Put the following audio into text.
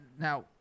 now